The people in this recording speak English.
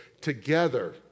together